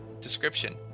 description